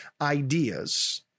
ideas